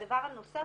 הדבר הנוסף